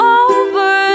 over